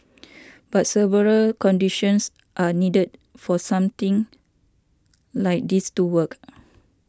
but several conditions are needed for something like this to work